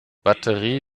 batterie